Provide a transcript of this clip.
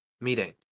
meeting